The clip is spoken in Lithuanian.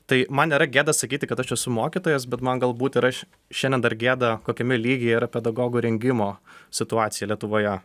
tai man nėyra gėda sakyti kad aš esu mokytojas bet man galbūt yra šiandien dar gėda kokiame lygyje yra pedagogų rengimo situacija lietuvoje